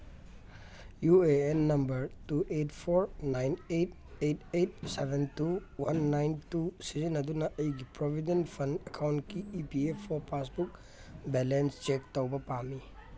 U A N number two eight four nine eight eight eight seven two one nine two ꯁꯤꯖꯤꯟꯅꯗꯨꯅ ꯑꯩꯒꯤ provident fund ꯑꯦꯀꯥꯎꯟꯀꯤ E P F O passbook balance check ꯇꯧꯕ ꯄꯥꯝꯃꯤ